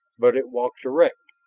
but it walks erect.